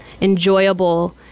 enjoyable